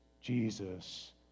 Jesus